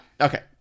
Okay